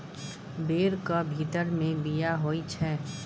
बैरक भीतर मे बीया होइ छै